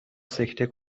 سکته